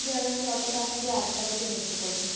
যে আমাকে অত টাকা দিয়ে আর্ট কলেজে ভর্তি করবে